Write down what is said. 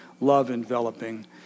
love-enveloping